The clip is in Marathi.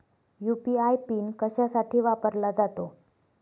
यू.पी.आय पिन कशासाठी वापरला जातो?